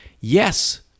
Yes